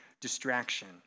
distraction